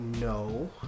No